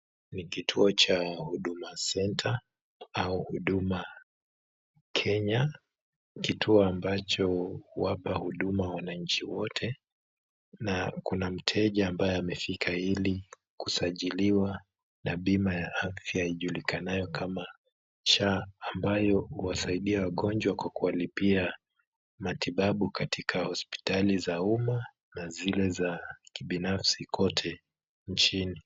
Ni kituo cha Huduma Center au Huduma Kenya, kituo ambacho huwapa huduma wananchi wote, na kuna mteja ambaye amefika ili kusajiliwa na bima ya afya, ijulikanayo kama SHA, ambayo huwasaidia wagonjwa kwa kuwalipia matibabu katika hospitali za umma na zile za kibinafsi kote nchini.